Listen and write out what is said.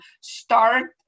start